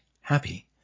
happy